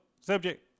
subject